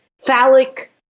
phallic